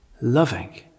loving